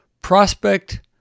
Prospect